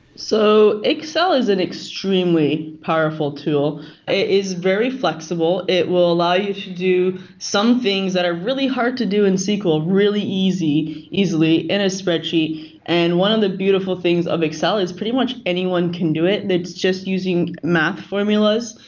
so excel is an extremely powerful tool. it is very flexible. it will allow you to do some things that are really hard to do in sql really easily in a spreadsheet and. one of the beautiful things of excel is pretty much anyone can do it. and it's just using math formulas.